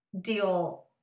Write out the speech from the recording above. deal